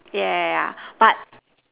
yeah yeah yeah yeah yeah but